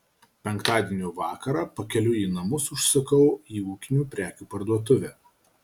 penktadienio vakarą pakeliui į namus užsukau į ūkinių prekių parduotuvę